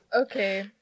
Okay